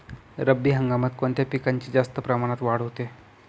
रब्बी हंगामात कोणत्या पिकांची जास्त प्रमाणात वाढ होते?